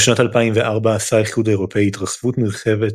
בשנת 2004 עשה האיחוד האירופי התרחבות נרחבת